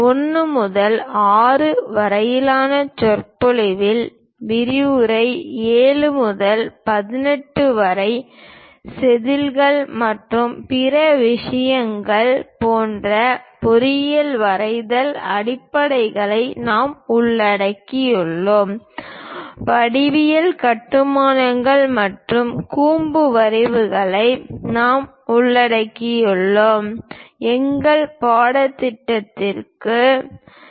1 முதல் 6 வரையிலான சொற்பொழிவில் விரிவுரை 7 முதல் 18 வரை செதில்கள் மற்றும் பிற விஷயங்கள் போன்ற பொறியியல் வரைதல் அடிப்படைகளை நாங்கள் உள்ளடக்கியுள்ளோம் வடிவியல் கட்டுமானங்கள் மற்றும் கூம்பு பிரிவுகளை நாங்கள் உள்ளடக்குவோம் எங்கள் பாடப்புத்தகங்கள் என்